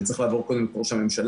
היא צריכה לעבור קודם את ראש הממשלה,